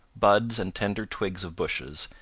buds and tender twigs of bushes,